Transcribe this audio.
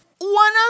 One